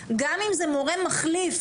גם אם זה מורה מחליף,